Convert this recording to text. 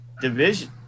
Division